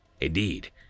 Indeed